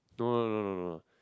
no no no no no